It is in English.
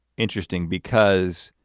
interesting, because,